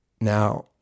now